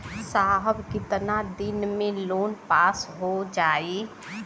साहब कितना दिन में लोन पास हो जाई?